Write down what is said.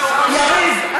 שיא עולמי בצביעות.